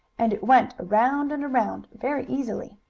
and it went around and around, very easily.